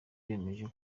bemeje